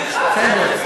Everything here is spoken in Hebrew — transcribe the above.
בסדר.